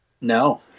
No